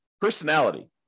personality